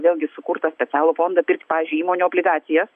vėlgi sukurtą specialų fondą pirkt pavyzdžiui įmonių obligacijas